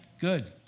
Good